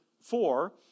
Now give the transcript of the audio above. Four